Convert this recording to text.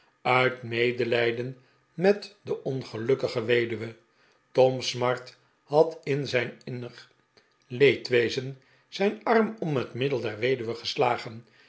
uit medelijden met de ongelukkige weduwe tom smart had in zijn innig leedwezen zijn arm om het middel der weduwe geslagen